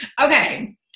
Okay